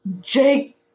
Jake